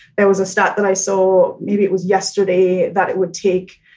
there was a stat that i saw maybe it was yesterday that it would take,